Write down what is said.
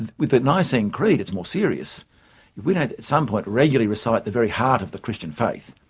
and with the nicene creed, it's more serious. if we don't at some point regularly recite the very heart of the christian faith,